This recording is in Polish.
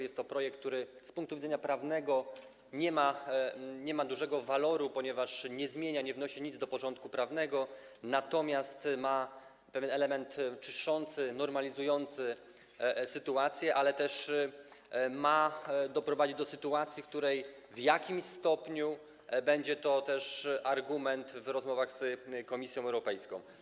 Jest to projekt, który z punktu widzenia prawnego nie ma dużego waloru, ponieważ nie zmienia, nie wnosi nic do porządku prawnego, natomiast ma pewien element czyszczący, normalizujący sytuację, ale też ma doprowadzić do sytuacji, w której w jakimś stopniu będzie to też argument w rozmowach z Komisją Europejską.